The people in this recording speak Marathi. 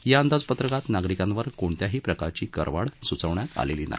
या अंदाजपत्रकात नागरिकांवर कोणत्याही प्रकारची करवाढ सूचविण्यात आलेली नाही